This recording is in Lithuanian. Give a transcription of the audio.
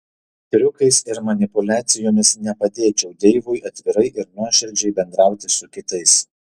triukais ir manipuliacijomis nepadėčiau deivui atvirai ir nuoširdžiai bendrauti su kitais